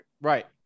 Right